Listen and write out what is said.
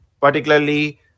particularly